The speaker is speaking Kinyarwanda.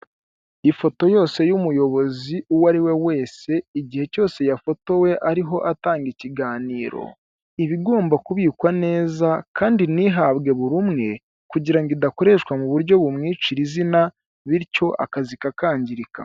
Ifoto yose y'umuyobozi uwo ariwe wese igihe cyose yafotowe arimo atanga ikiganiro, iba igomba kubikwa neza kandi ntihabwe buri umwe, kugirango idakoreshwa mu buryo bumwicira izina bityo akazi kakangirika.